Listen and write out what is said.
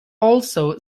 also